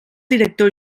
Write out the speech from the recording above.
director